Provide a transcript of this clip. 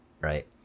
right